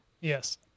Yes